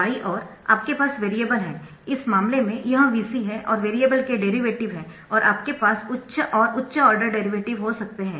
बाईं ओर आपके पास वेरिएबल है इस मामले में यह Vc है और वेरिएबल के डेरिवेटिव है और आपके पास उच्च और उच्च ऑर्डर डेरिवेटिव हो सकते है